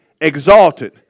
exalted